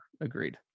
Agreed